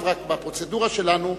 בפרוצדורה שלנו,